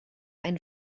ein